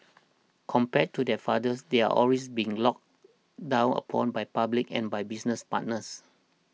compared to their fathers they're always being looked down upon by public and by business partners